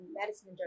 medicine